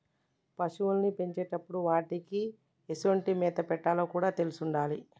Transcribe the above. పశువుల్ని పెంచేటప్పుడు వాటికీ ఎసొంటి మేత పెట్టాలో కూడా తెలిసుండాలి